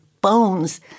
bones